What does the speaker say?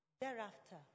Thereafter